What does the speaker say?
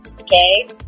okay